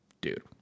Dude